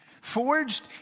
Forged